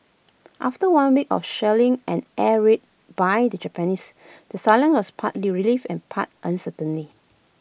after one week of shelling and air raids by the Japanese the silence was part relief and part uncertainty